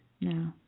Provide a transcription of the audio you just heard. No